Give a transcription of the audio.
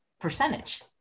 percentage